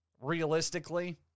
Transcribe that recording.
realistically